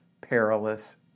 perilous